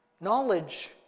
Knowledge